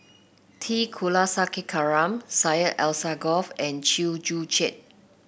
T Kulasekaram Syed Alsagoff and Chew Joo Chiat